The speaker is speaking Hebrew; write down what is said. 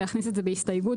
להכניס את זה בהסתייגות,